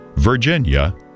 Virginia